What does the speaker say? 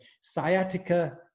Sciatica